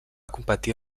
competir